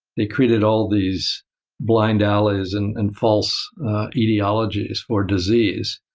they created all these blind alleys and and false etiologies for disease.